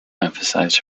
emphasized